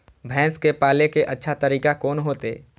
भैंस के पाले के अच्छा तरीका कोन होते?